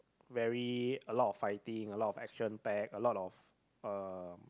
very a lot of fighting a lot of action pack a lot of uh